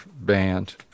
band